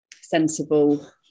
sensible